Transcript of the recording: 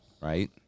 right